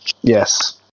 Yes